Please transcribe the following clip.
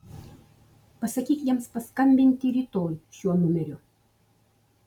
pasakyk jiems paskambinti rytoj šiuo numeriu